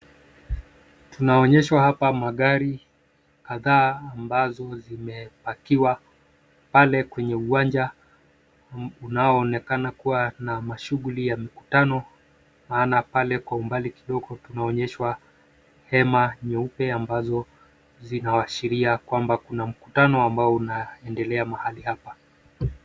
Tunaonyeshwa hapa magari kadha ambazo zimepakiwa pale kwenye uwanja unaoonekana kuwa na shughuli ya mkutano, maana pale kwa umbali kidogo tunaonyeshwa hema nyeupe ambazo zinaashiria kwamba kuna mkutano ambao unaendelea mahali hapa.